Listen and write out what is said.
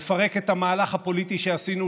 מפרק את המהלך הפוליטי שעשינו,